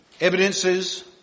evidences